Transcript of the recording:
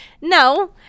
No